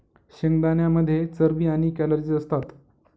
शेंगदाण्यांमध्ये चरबी आणि कॅलरीज असतात